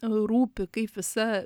rūpi kaip visa